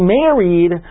married